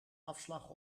afslag